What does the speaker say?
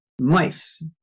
mice